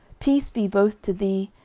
peace be both to thee,